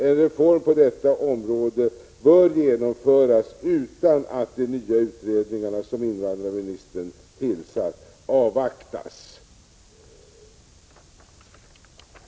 En reform på detta område bör genomföras utan att de nya utredningar som invandrarministern tillsatt avvaktas.